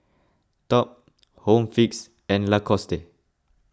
Top Home Fix and Lacoste